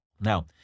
Now